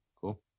Cool